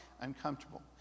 uncomfortable